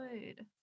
good